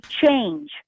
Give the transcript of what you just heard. change